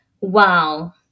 wow